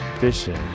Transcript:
fishing